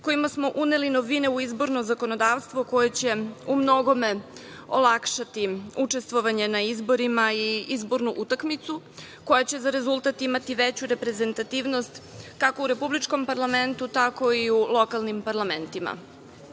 kojima smo uneli novine u izborno zakonodavstvo koje će u mnogome olakšati učestvovanje na izborima i izbornu utakmicu koja će za rezultat imati veću reprezentativnost kako u republikom parlamentu, tako i u lokalnim parlamentima. Dakle,